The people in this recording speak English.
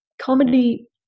Comedy